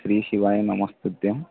श्री शिवाय नमस्तुभ्यम्